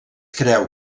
creu